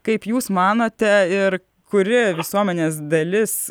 kaip jūs manote ir kuri visuomenės dalis